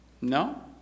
No